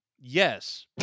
Yes